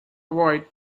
avoid